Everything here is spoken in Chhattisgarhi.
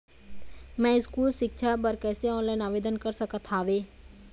मैं स्कूल सिक्छा बर कैसे ऑनलाइन आवेदन कर सकत हावे?